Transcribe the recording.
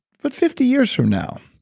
but fifty years from now.